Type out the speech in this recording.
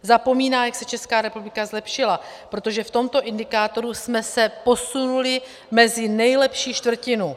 Zapomíná, jak se Česká republika zlepšila, protože v tomto indikátoru jsme se posunuli mezi nejlepší čtvrtinu.